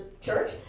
church